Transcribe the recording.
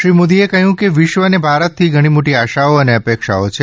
શ્રી મોદીએ કહ્યું કે વિશ્વને ભારતથી ઘણી મોટી આશાઓ અને અપેક્ષાઓ છે